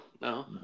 no